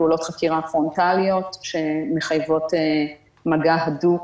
פעולות חקירה פרונטליות שמחייבות מגע הדוק